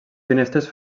finestres